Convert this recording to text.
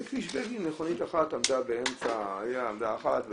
בכביש בגין באמצע עמדה אחת,